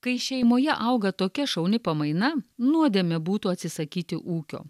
kai šeimoje auga tokia šauni pamaina nuodėmė būtų atsisakyti ūkio